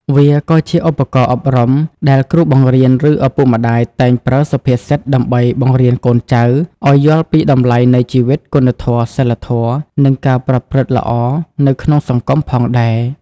វាក៏ជាឧបករណ៍អប់រំដែល គ្រូបង្រៀន ឬឪពុកម្តាយតែងប្រើសុភាសិតដើម្បីបង្រៀនកូនចៅឱ្យយល់ពីតម្លៃនៃជីវិត គុណធម៌ សីលធម៌ និងការប្រព្រឹត្តល្អនៅក្នុងសង្គមផងដែរ។